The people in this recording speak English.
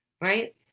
right